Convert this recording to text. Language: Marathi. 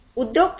उद्योग 4